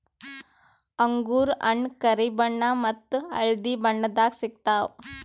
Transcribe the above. ಅಂಗೂರ್ ಹಣ್ಣ್ ಕರಿ ಬಣ್ಣ ಮತ್ತ್ ಹಳ್ದಿ ಬಣ್ಣದಾಗ್ ಸಿಗ್ತವ್